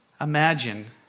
Imagine